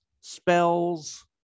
spells